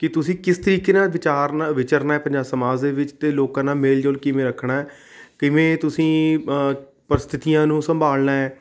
ਕਿ ਤੁਸੀਂ ਕਿਸ ਤਰੀਕੇ ਨਾਲ ਵਿਚਾਰਨਾ ਵਿਚਰਨਾ ਸਮਾਜ ਦੇ ਵਿੱਚ ਅਤੇ ਲੋਕਾਂ ਨਾਲ ਮੇਲ ਜੋਲ ਕਿਵੇਂ ਰੱਖਣਾ ਕਿਵੇਂ ਤੁਸੀਂ ਪਰਸਥਿਤੀਆਂ ਨੂੰ ਸੰਭਾਲਣਾ ਹੈ